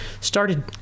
started